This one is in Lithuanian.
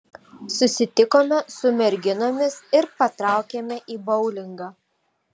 susitikome su merginomis ir patraukėme į boulingą